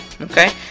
Okay